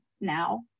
now